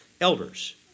elders